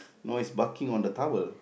no is barking on the tower